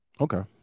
Okay